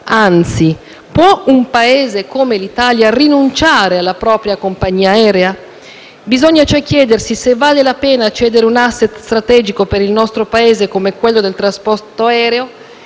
Anzi: può un Paese come l'Italia rinunciare alla propria compagnia aerea? Bisogna cioè chiedersi se vale la pena cedere un *asset* strategico per il nostro Paese, come quello del trasporto aereo,